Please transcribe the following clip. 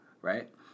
right